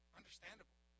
understandable